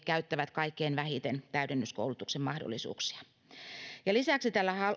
käyttävät kaikkein vähiten täydennyskoulutuksen mahdollisuuksia lisäksi tällä